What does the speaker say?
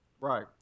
Right